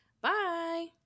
Bye